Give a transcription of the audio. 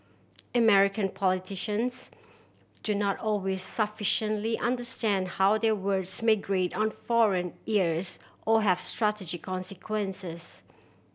American politicians do not always sufficiently understand how their words may grate on foreign ears or have strategic consequences